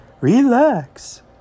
Relax